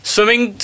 Swimming